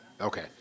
Okay